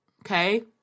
Okay